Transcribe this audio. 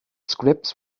scripts